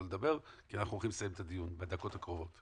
לדבר כי אנחנו הולכים לסיים את הדיון בדקות הקרובות,